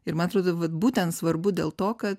ir man atrodo vat būtent svarbu dėl to kad